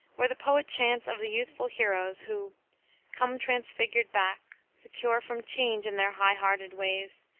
where the poet chants of the youthful heroes who come transfigured back, secure from change in their high-hearted ways,